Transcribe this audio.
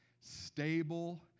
stable